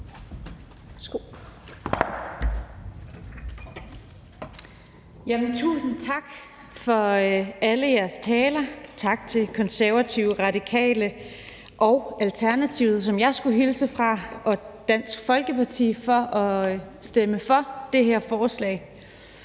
Tusind tak for alle jeres taler. Tak til Konservative, Radikale og Alternativet, som jeg skulle hilse fra, og Dansk Folkeparti for at stemme for det her forslag.